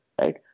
right